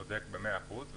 אתה צודק במאה אחוז,